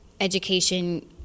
education